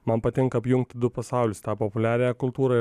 man patinka apjungti du pasaulius tą populiariąją kultūrą